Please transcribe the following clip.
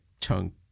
Chunk